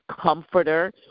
Comforter